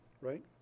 right